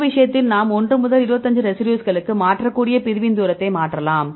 இந்த விஷயத்தில் இப்போது நாம் 1 முதல் 25 ரெசிடியூஸ்களுக்கு மாற்றக்கூடிய பிரிவின் தூரத்தை மாற்றலாம்